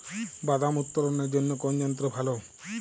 বাদাম উত্তোলনের জন্য কোন যন্ত্র ভালো?